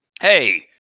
Hey